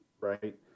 right